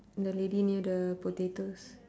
the lady near the potatoes